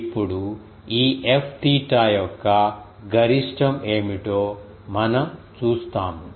ఇప్పుడు ఈ Fθ యొక్క గరిష్టం ఏమిటో మనం చూస్తాము